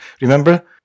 Remember